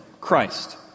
Christ